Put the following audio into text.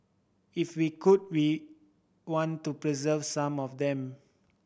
if we could we want to preserve some of them